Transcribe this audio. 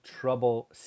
trouble